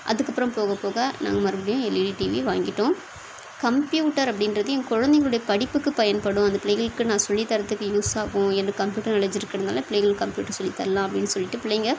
அதுக்கப்புறம் போக போக நாங்கள் மறுபடியும் எல்இடி டிவி வாங்கிவிட்டோம் கம்ப்யூட்டர் அப்படின்றது எங்கள் குழந்தங்களோடைய படிப்புக்கு பயன்படும் அது பிள்ளைகளுக்கு நான் சொல்லித்தரத்துக்கு யூஸ் ஆகும் எனக்கு கம்ப்யூட்டர் நாலேஜ் இருக்கிறதுனால பிள்ளைகளுக்கு கம்ப்யூட்டர் சொல்லித்தரலாம் அப்படின்னு சொல்லிட்டு பிள்ளைங்கள்